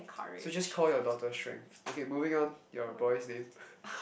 so just call your daughter strength okay moving on you boy's name